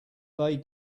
they